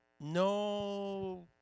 No